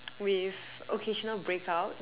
with occasional breakouts